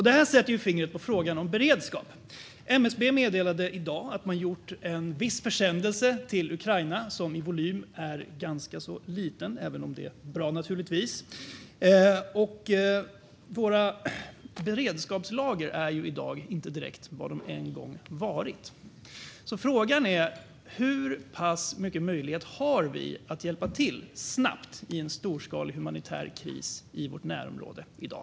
Det här sätter fingret på frågan om beredskap. MSB meddelade i dag att man gjort en viss försändelse till Ukraina. Det är naturligtvis bra, även om den i volym är ganska liten. Våra beredskapslager är ju i dag inte direkt vad de en gång varit. Frågan är: Hur pass mycket möjlighet har vi att hjälpa till snabbt i en storskalig humanitär kris i vårt närområde i dag?